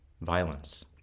violence